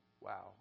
wow